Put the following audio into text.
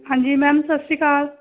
ਹਾਂਜੀ ਮੈਮ ਸਤਿ ਸ਼੍ਰੀ ਅਕਾਲ